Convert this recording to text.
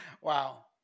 wow